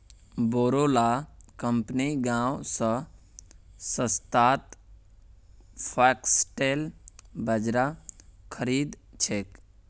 बोरो ला कंपनि गांव स सस्तात फॉक्सटेल बाजरा खरीद छेक